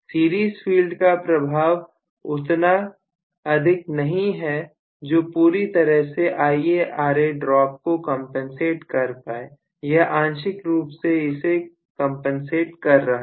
Shirish field का प्रभाव उतना अधिक नहीं है जो पूरी तरह से IaRa ड्रॉप को कंपनसेट कर पाए यह आंशिक रूप से इसे कंपनसेट कर रहा है